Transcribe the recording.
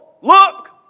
look